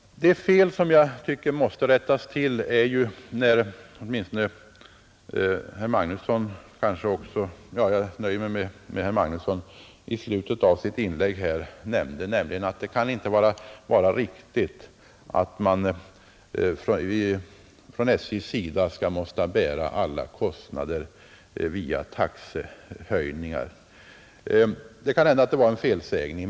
Ett fel som jag tycker måste rättas till är att herr Magnusson i slutet av sitt inlägg sade att det inte kan vara riktigt att SJ skall behöva täcka alla kostnader via taxehöjningar. Det kan hända att det var en felsägning.